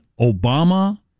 Obama